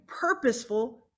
purposeful